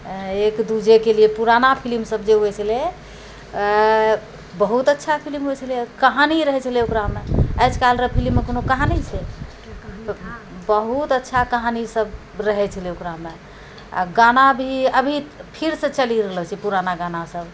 एक दूजे के लिए पुराना फिलिमसब जे हुअए छलै बहुत अच्छा फिलिम होइ छलै कहानी रहै छलै ओकरामे आजकलरऽ फिलिममे कोनो कहानी छै बहुत अच्छा कहानीसब रहै छलै ओकरामे आओर गाना भी अभी फिरसे चलि रहलऽ छै पुराना गानासब